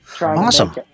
awesome